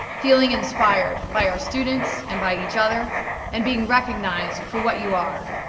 feeling inspired by our students, and by each other, and being recognized for what you are,